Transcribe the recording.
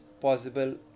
possible